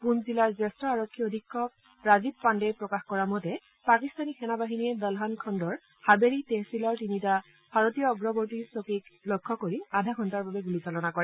পুঞ্জ জিলাৰ জ্যেষ্ঠ আৰক্ষী অধীক্ষক ৰাজীৱ পাণ্ডে প্ৰকাশ কৰা মতে পাকিস্তানী সেনাবাহিনীয়ে দলহান খণ্ডৰ হাবেলী টেহছিলৰ তিনিটা ভাৰতীয় অগ্ৰবৰ্তী চকীক লক্ষ্য কৰি আধা ঘণ্টাৰ বাবে গুলীচালনা কৰে